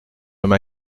homme